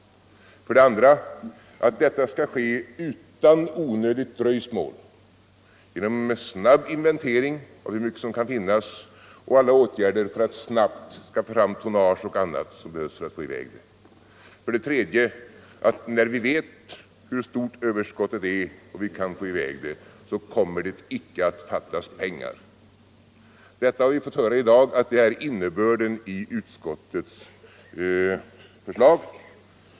För det andra skall detta ske utan onödigt dröjsmål genom en snabb inventering av hur mycket som kan finnas och genom alla åtgärder för att snabbt skaffa fram tonnage och annat som behövs för att få i väg veteöverskottet. När vi för det tredje vet hur stort överskottet är och vi kan få i väg det skall det icke komma att fattas pengar. Vi har i dag fått höra att detta är innebörden i utskottets förslag.